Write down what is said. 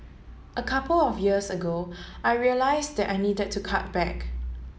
a couple of years ago I realise that I needed to cut back